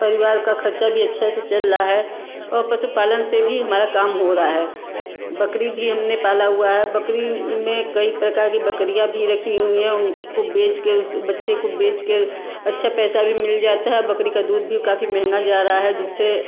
परिवार का खर्चा भी अच्छे से चल रहा है और पशुपालन से भी हमारा काम हो रहा है बकरी भी हमने पाला हुआ है बकरी में कई प्रकार की बकरियाँ भी रखी हुईं हैं उनको बेच के उस बच्चे को बच्चे के अच्छा पैसा भी मिल जाता है बकरी का दूध भी काफी महंगा जा रहा है जिससे